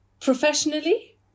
Professionally